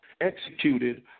executed